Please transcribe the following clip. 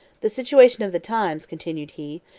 the situation of the times, continued he,